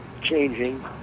changing